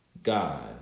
God